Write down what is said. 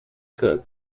cup